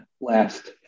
last